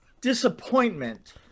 disappointment